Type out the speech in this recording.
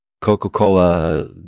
Coca-Cola